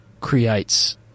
Creates